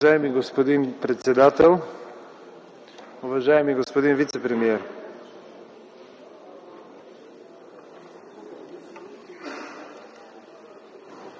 Уважаеми господин председател, уважаеми господин министър!